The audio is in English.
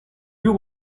you